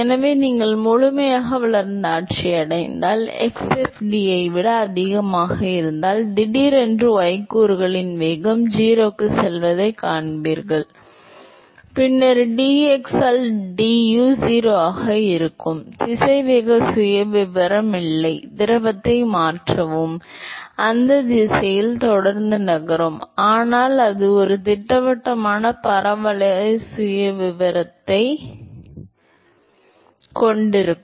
எனவே நீங்கள் முழுமையாக வளர்ந்த ஆட்சியை அடைந்தால் x fd ஐ விட அதிகமாக இருந்தால் திடீரென்று y கூறுகளின் வேகம் 0 க்கு செல்வதைக் காண்பீர்கள் பின்னர் dx ஆல் du 0 ஆக இருக்கும் திசைவேக சுயவிவரம் இல்லை திரவத்தை மாற்றவும் அந்த திசையில் தொடர்ந்து நகரும் ஆனால் அது ஒரு திட்டவட்டமான பரவளைய சுயவிவரத்தைக் கொண்டிருக்கும்